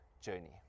journey